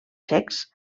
txecs